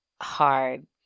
hard